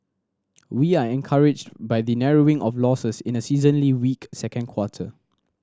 we are encouraged by the narrowing of losses in a seasonally weak second quarter